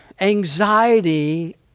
anxiety